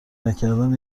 نکردن